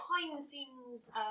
behind-the-scenes